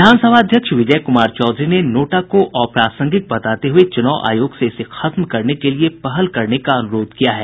विधानसभा अध्यक्ष विजय कुमार चौधरी ने नोटा को अप्रासंगिक बताते हुये चुनाव आयोग से इसे खत्म करने के लिये पहल करने का अनुरोध किया है